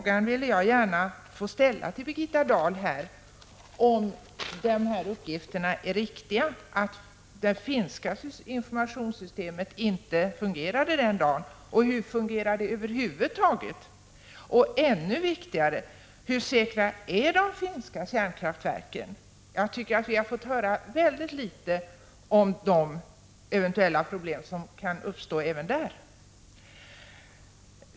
Jag vill gärna här fråga Birgitta Dahl om det är riktigt att det finska informationssystemet inte fungerade den dagen. Hur fungerar det över huvud taget? Och, ännu viktigare: Hur pass säkra är de finska kärnkraftverken? Jag tycker att vi har fått höra väldigt litet om de eventuella problem som kan uppstå även där.